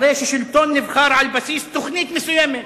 שלטון נבחר על בסיס תוכנית מסוימת,